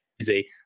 easy